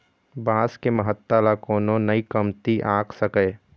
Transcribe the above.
बांस के महत्ता ल कोनो नइ कमती आंक सकय